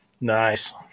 nice